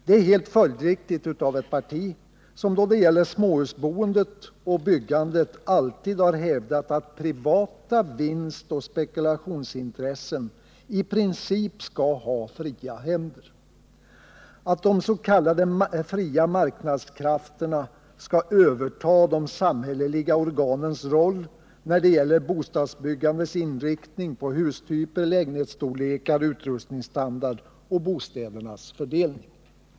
Det är helt följdriktigt av ett parti, som då det gäller småhusboendet och byggandet alltid har hävdat att privata vinstoch spekulationsintressen i princip skall ha fria händer samt att de s.k. fria marknadskrafterna skall överta de samhälleliga organens roll när det gäller bostadsbyggandets inriktning på hustyper, lägenhetsstorlekar, utrustningsstandard och bostädernas fördelning.